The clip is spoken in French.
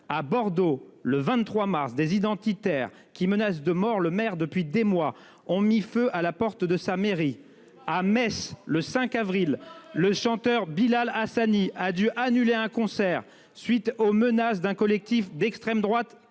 À Bordeaux, le 23 mars, des identitaires, qui menacent de mort le maire depuis des mois, ont mis feu à la porte de sa mairie. Ce n'est pas vrai ! À Metz, le 5 avril, le chanteur Bilal Hassani a dû annuler un concert, après avoir reçu des menaces d'un collectif d'extrême droite